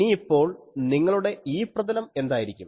ഇനിയിപ്പോൾ നിങ്ങളുടെ E പ്രതലം എന്തായിരിക്കും